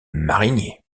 marinier